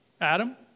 Adam